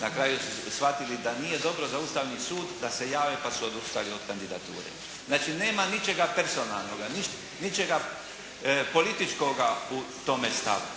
Na kraju su shvatili da nije dobro za Ustavni sud da se jave pa su odustali od kandidature. Znači nema ničega personalnoga. Niti će ga, političkoga u tome stavu.